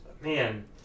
man